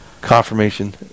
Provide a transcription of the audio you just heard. confirmation